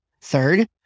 Third